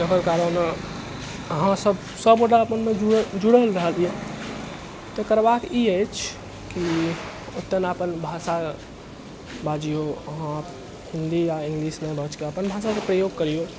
जकर कारण अहाँसब सबगोटा अपन अपन जुड़ल रहलियै तऽ करबाक ई अछि की ओतय अपन भाषा बाजियौ अहाँ हिन्दी या इंग्लिश नहि बाजि कऽ अपन भाषाके प्रयोग करियौ